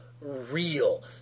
real